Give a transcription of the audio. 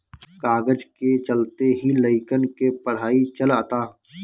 कागज के चलते ही लइकन के पढ़ाई चलअता